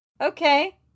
Okay